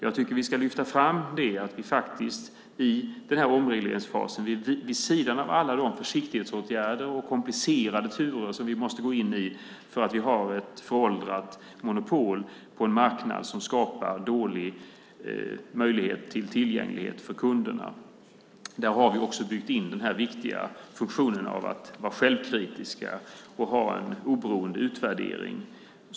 Jag tycker att vi ska lyfta fram att vi i den här omregleringsfasen, vid sidan av alla de försiktighetsåtgärder och komplicerade turer som vi måste gå in i på grund av ett föråldrat monopol på en marknad som skapar dålig tillgänglighet för kunderna, faktiskt också har byggt in den viktiga funktionen att vara självkritiska och ha en oberoende utvärdering.